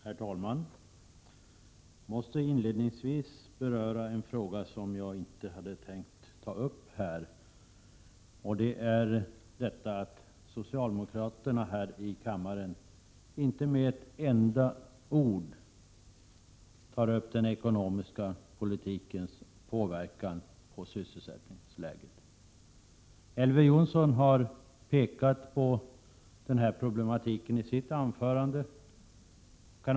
Herr talman! Jag måste inledningsvis beröra en fråga som jag inte hade tänkt att ta upp här, nämligen att socialdemokraterna här i kammaren inte med ett enda ord berör den ekonomiska politikens påverkan på sysselsättningsläget. Elver Jonsson har pekat på denna problematik i sitt anförande.